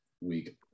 week